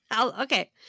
Okay